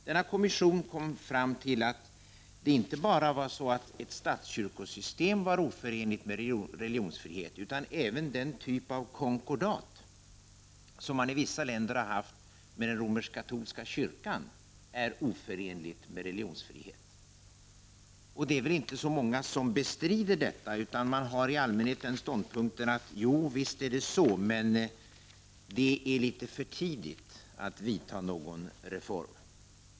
Denna kommission kom fram till att inte bara ett statskyrkosystem var oför 127 enligt med religionsfrihet utan att även den typ av konkordat man i vissa länder haft med den romersk-katolska kyrkan är oförenlig med religionsfrihet. Det är väl inte så många som bestrider detta. I allmänhet har man ståndpunkten, att jovisst är det så, men det är litet för tidigt att vidta någon reform.